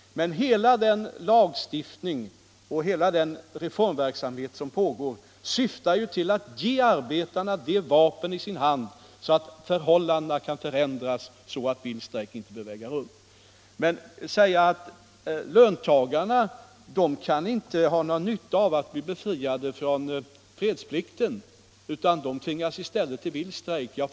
Men hela vår lagstiftning och den reformverksamhet som pågår syftar ju till att ge arbetarna sådana vapen att förhållandena kan ändras så att vilda strejker inte behöver äga rum. Jag förstår uppriktigt sagt inte herr Hallgrens resonemang när han säger att löntagarna inte har någon nytta av att bli befriade från fredsplikten, utan att det är bättre att ta till vild strejk.